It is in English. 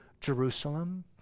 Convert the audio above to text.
Jerusalem